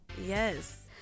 Yes